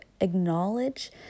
acknowledge